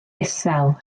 isel